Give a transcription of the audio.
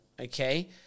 Okay